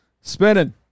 Spinning